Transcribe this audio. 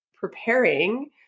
preparing